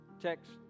text